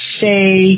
say